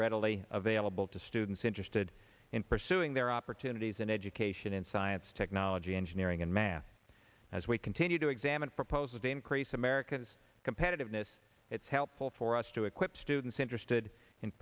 readily available to students interested in pursuing their opportunities in education in science technology engineering and math as we continue to examine proposal to increase america's competitiveness it's helpful for us to equip students interested in